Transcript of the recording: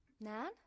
Nan